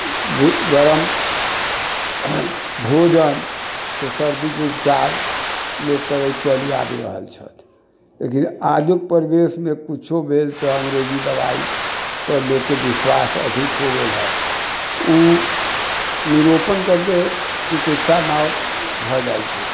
गरम भोजनसँ सर्दीके उपचार लोक करैत चलि आबि रहल छथि लेकिन आजुक परिवेशमे कुछो भेल तऽ अंग्रेजी दवाइपर लोकके विश्वास अधिक हो गेल हय उ निरोपण कऽके चिकित्सा नाव भऽ जाइ छै